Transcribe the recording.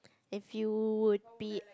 if you would be